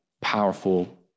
powerful